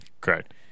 Correct